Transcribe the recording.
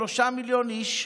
שבהן שלושה מיליון איש,